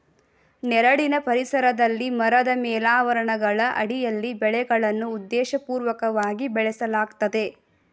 ನೆರಳಿನ ಪರಿಸರದಲ್ಲಿ ಮರದ ಮೇಲಾವರಣಗಳ ಅಡಿಯಲ್ಲಿ ಬೆಳೆಗಳನ್ನು ಉದ್ದೇಶಪೂರ್ವಕವಾಗಿ ಬೆಳೆಸಲಾಗ್ತದೆ